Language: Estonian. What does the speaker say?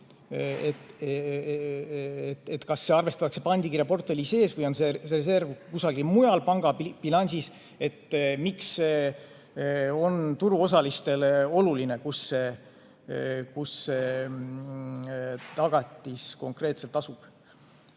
nõrgemaks, arvestatakse pandikirjaportfelli sees või on see reserv kusagil mujal panga bilansis. Miks on turuosalistele oluline, kus see tagatis konkreetselt asub?